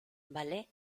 vale